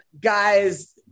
guys